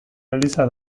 eliza